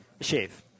Shave